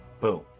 Boom